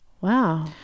Wow